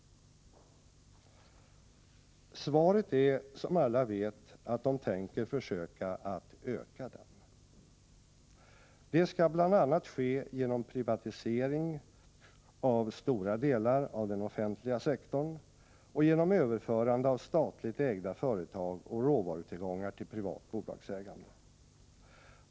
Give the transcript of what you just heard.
Svaret är, som alla vet, att de tänker försöka att öka den. Det skall bl.a. ske genom privatisering av stora delar av den offentliga sektorn och genom överförande av statligt ägda företag och råvarutillgångar till privat bolagsägande.